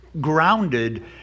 grounded